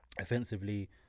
offensively